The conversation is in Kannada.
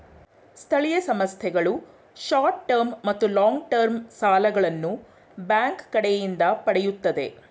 ಸ್ಥಳೀಯ ಸಂಸ್ಥೆಗಳು ಶಾರ್ಟ್ ಟರ್ಮ್ ಮತ್ತು ಲಾಂಗ್ ಟರ್ಮ್ ಸಾಲಗಳನ್ನು ಬ್ಯಾಂಕ್ ಕಡೆಯಿಂದ ಪಡೆಯುತ್ತದೆ